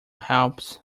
helps